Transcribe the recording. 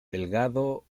delgado